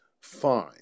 fine